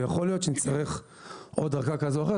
ויכול להיות שנצטרך עוד ארכה כזאת או אחרת,